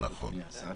אדוני השר.